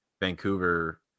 Vancouver